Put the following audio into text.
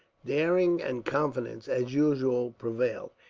daring and confidence, as usual, prevailed.